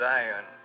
Zion